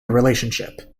relationship